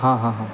हां हां हां